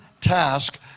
task